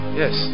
yes